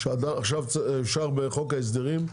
שאושר בחוק ההסדרים,